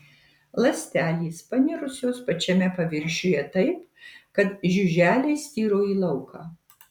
ląstelės panirusios pačiame paviršiuje taip kad žiuželiai styro į lauką